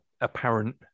apparent